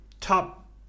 top